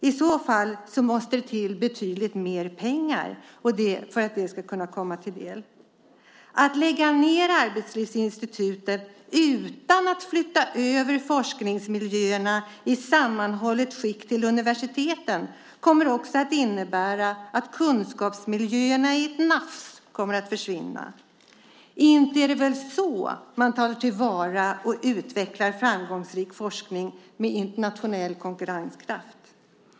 I så fall måste det till betydligt mer pengar för att det ska kunna komma arbetslivsforskningen till del. Att lägga ned Arbetslivsinstitutet utan att flytta över forskningsmiljöerna i sammanhållet skick till universiteten kommer också att innebära att kunskapsmiljöerna i ett nafs kommer att försvinna. Inte är det väl så man tar till vara och utvecklar framgångsrik forskning med internationell konkurrenskraft?